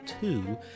two